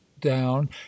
down